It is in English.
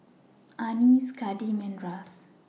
Annice Kadeem and Ras